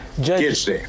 Judge